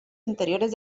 interiores